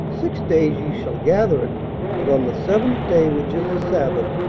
six days ye shall gather it but on the seventh day, which is the sabbath,